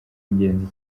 ingenzi